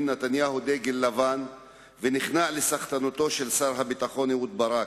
נתניהו דגל לבן ונכנע לסחטנותו של שר הביטחון אהוד ברק,